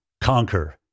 conquer